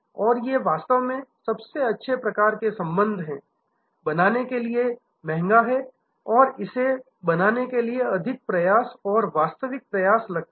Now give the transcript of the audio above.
और ये वास्तव में सबसे अच्छे प्रकार के संबंध हैं बनाने के लिए महंगा है और इसे बनाने के लिए अधिक प्रयास और वास्तविक प्रयास लगते हैं